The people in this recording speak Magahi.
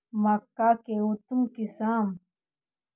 मक्का के उतम किस्म?